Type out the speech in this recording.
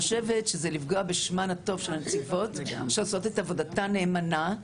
זה לפגוע בשמן הטוב של הנציבות שעושות עבודתן נאמנה,